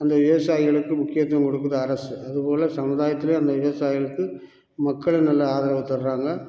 அந்த விவசாயிகளுக்கு முக்கியத்துவம் கொடுக்குது அரசு அதுபோல் சமுதாயத்துலேயும் அந்த விவசாயிகளுக்கு மக்கள் நல்ல ஆதரவு தர்றாங்க